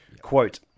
Quote